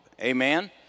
Amen